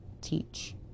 teach